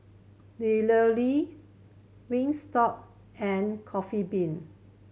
Wingstop and Coffee Bean